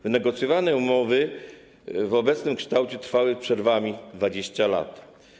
Wynegocjowanie umowy w obecnym kształcie trwało z przerwami 20 lat.